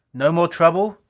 no more trouble?